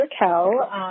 Raquel